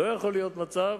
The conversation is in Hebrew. לא יכול להיות מצב